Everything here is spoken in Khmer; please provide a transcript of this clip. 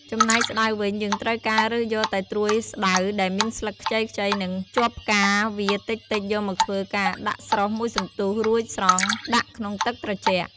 ចំណែកស្តៅវិញយើងត្រូវការរើសយកតែត្រួយស្តៅដែលមានស្លឹកខ្ចីៗនិងជាប់ផ្កាវាតិចៗយកមកធ្វើការដាក់ស្រុះមួយសន្ទុះរួចស្រង់ដាក់ក្នុងទឹកត្រជាក់។